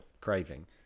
craving